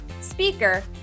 speaker